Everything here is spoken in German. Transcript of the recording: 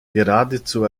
geradezu